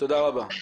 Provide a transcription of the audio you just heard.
תודה רבה.